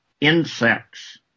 insects